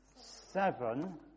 seven